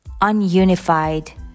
ununified